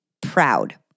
proud